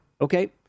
Okay